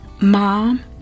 mom